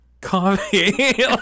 coffee